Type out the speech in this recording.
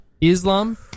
Islam